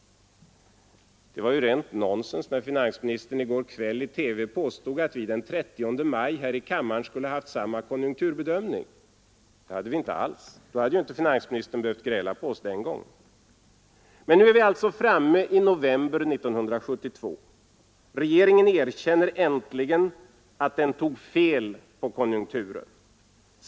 Det var ju rent nonsens när finansministern i går kväll i TV påstod att oppositionen den 30 maj här i kammaren skulle ha haft samma konjunkturbedömning. Det hade vi inte alls — då hade ju inte finansministern behövt gräla på oss den gången. Men nu är vi framme i november 1972. Regeringen erkänner äntligen att den tog fel på konjunkturen.